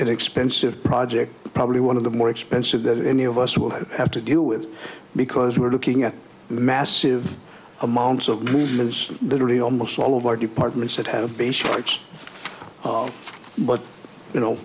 expensive project probably one of the more expensive that any of us will have to deal with because we're looking at massive amounts of movements literally almost all of our departments that have basic rights but you know